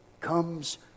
comes